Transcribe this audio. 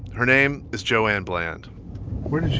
her name is joanne bland where